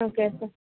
okay sir